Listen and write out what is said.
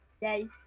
Yay